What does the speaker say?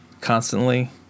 constantly